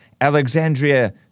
Alexandria